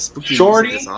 Shorty